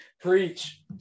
Preach